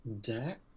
Deck